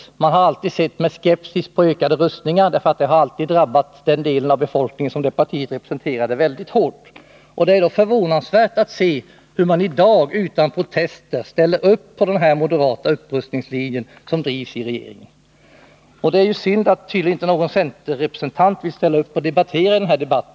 Centerpartiet har alltid sett med skepsis på ökade rustningar, då dessa alltid mycket hårt har drabbat den del av befolkningen som centerpartiet representerar. Det är därför förvånansvärt att centerpartiet i dag utan protester ställer upp på den moderata upprustningslinje som drivs i regeringen. Det är synd att ingen centerrepresentant vill detta i denna 19 debatt.